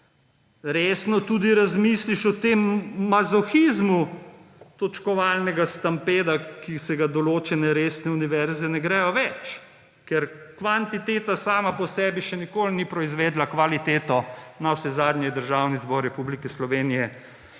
Resno tudi razmisliš o tem mazohizmu točkovalnega stampeda, ki se ga določene resne univerze ne gredo več, ker kvantiteta sama po sebi ni še nikoli proizvedla kvalitete, navsezadnje je Državni zbor Republike Slovenije